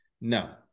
no